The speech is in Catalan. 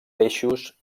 peixos